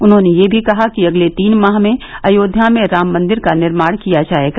उन्होंने यह भी कहा कि अगले तीन माह में अयोध्या में राम मंदिर का निर्माण किया जायेगा